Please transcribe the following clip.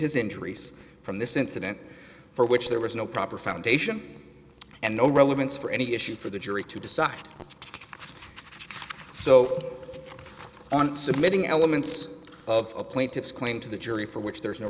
his injuries from this incident for which there was no proper foundation and no relevance for any issues for the jury to decide so on submitting elements of a plaintiff's claim to the jury for which there is no